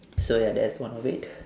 so ya that's one of it